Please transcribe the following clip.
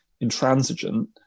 intransigent